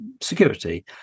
security